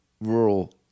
rural